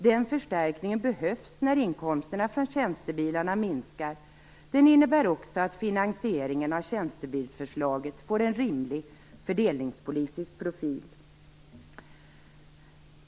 Den förstärkningen behövs när inkomsterna från tjänstebilarna minskar. Den innebär också att finansieringen av tjänstebilsförslaget får en rimlig fördelningspolitisk profil.